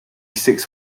six